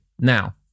Now